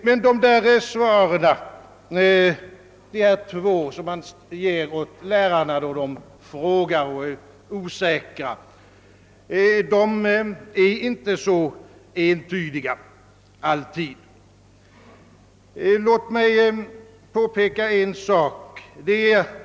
Men de svar man ger åt lärare, som är osäkra och frågar, är inte alltid så entydiga. Låt mig påpeka en sak.